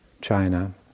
China